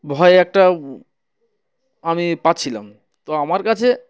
ভয় একটা আমি পাচ্ছিলাম তো আমার কাছে